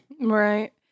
right